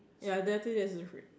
ya exactly that's the difference